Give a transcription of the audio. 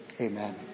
amen